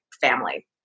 family